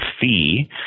fee